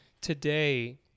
Today